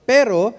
Pero